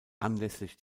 anlässlich